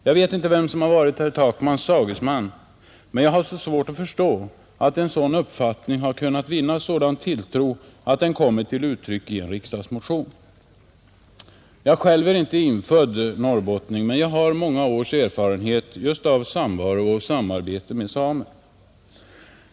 Jag vet inte vem som har varit herr Takmans sagesman, men jag har så svårt att förstå att en sådan uppfattning har kunnat vinna sådan tilltro att den kommer till tryck i en riksdagsmotion. Jag är inte infödd norrbottning, men jag har mångårig erfarenhet av samvaro och samarbete med samer.